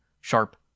sharp